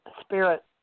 spirit